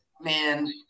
man